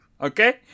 okay